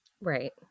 Right